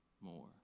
more